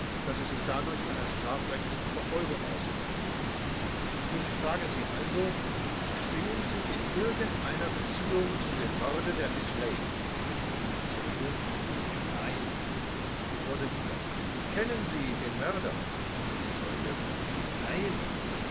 daß sie sich dadurch einer strafrechtlichen verfolgung aussetzen ich frage sie also stehen sie in irgendeiner beziehung zu dem morde der miß lake zeuge nein vors kennen sie den mörder zeuge nein